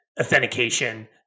authentication